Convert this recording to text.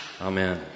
Amen